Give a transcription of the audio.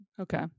Okay